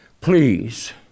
Please